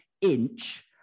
inch